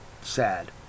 sad